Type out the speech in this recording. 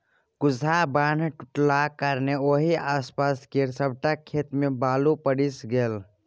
कुसहा बान्ह टुटलाक कारणेँ ओहि आसपास केर सबटा खेत मे बालु पसरि गेलै